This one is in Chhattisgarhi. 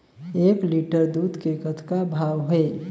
एक लिटर दूध के कतका भाव हे?